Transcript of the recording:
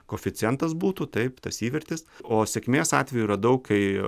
koeficientas būtų taip tas įvartis o sėkmės atvejų yra daug kai